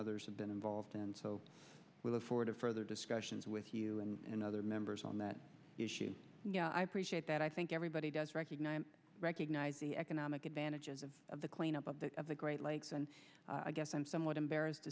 others have been involved in and so we look forward to further discussions with you and other members on that issue i appreciate that i think everybody does recognize recognize the economic advantages of the clean up of the of the great lakes and i guess i'm somewhat embarrassed